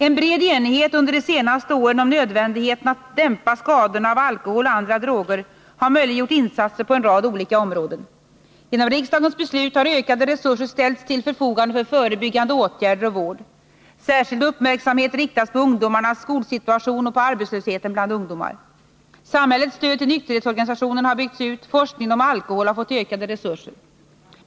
En bred enighet under de senaste åren om nödvändigheten av att dämpa skadorna av alkohol och andra droger har möjliggjort insatser på en rad olika områden. Genom riksdagens beslut har ökade resurser ställts till förfogande för förebyggande åtgärder och vård. Särskild uppmärksamhet riktas på ungdomarnas skolsituation och på arbetslösheten bland ungdomar. Samhällets stöd till nykterhetsorganisationerna har byggts ut. Forskningen om alkohol har fått ökade resurser.